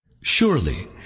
Surely